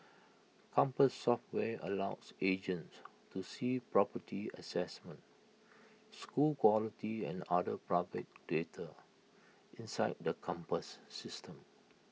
compass software allows agents to see property assessments school quality and other public data inside the compass system